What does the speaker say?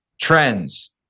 trends